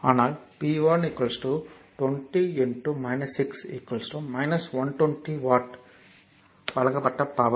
அதனால் p1 20 6 120 watt வழங்கப்பட்ட power